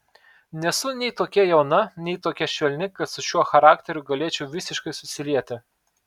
nesu nei tokia jauna nei tokia švelni kad su šiuo charakteriu galėčiau visiškai susilieti